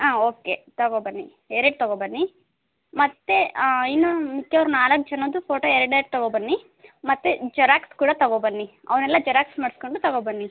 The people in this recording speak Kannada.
ಹಾಂ ಓಕೆ ತಗೋ ಬನ್ನಿ ಎರಡು ತಗೋ ಬನ್ನಿ ಮತ್ತೆ ಇನ್ನು ಮುಖ್ಯ ನಾಲ್ಕು ಜನದ್ದು ಫೋಟೊ ಎರಡೆರಡು ತಗೋ ಬನ್ನಿ ಮತ್ತೆ ಜೆರಾಕ್ಸ್ ಕೂಡ ತಗೋ ಬನ್ನಿ ಅವ್ನೆಲ್ಲ ಜೆರಾಕ್ಸ್ ಮಾಡ್ಸ್ಕೊಂಡು ತಗೋ ಬನ್ನಿ